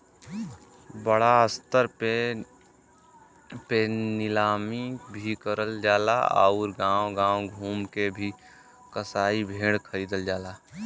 बड़ा स्तर पे नीलामी भी करल जाला आउर गांव गांव घूम के भी कसाई भेड़ खरीदलन